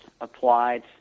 applied